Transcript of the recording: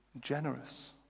generous